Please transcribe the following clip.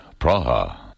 Praha